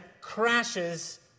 crashes